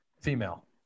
female